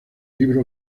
libro